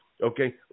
Okay